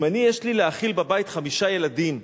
אם אני, יש לי להאכיל בבית חמישה ילדים,